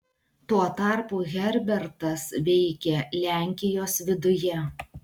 tuo tarpu herbertas veikė lenkijos viduje